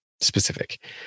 specific